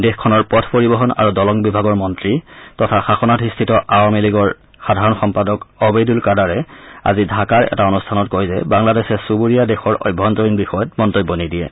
দেশখনৰ পথ পৰিবহন আৰু দলং বিভাগৰ মন্ত্ৰী তথা শাসনাধিষ্ঠিত আৱামি লিগৰ সাধাৰণ সম্পাদক অবেইদুল কাদাৰে আজি ঢাকাৰ এটা অনুষ্ঠানত কয় যে বাংলাদেশে চুবুৰীয়া দেশৰ অভ্যন্তৰীণ বিষয়ত মন্তব্য নিদিয়ে